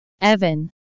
Evan